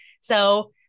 So-